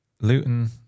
Luton